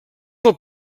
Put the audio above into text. del